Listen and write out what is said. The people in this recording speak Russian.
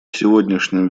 сегодняшнем